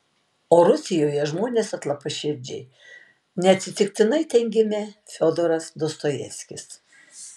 o rusijoje žmonės atlapaširdžiai neatsitiktinai ten gimė fiodoras dostojevskis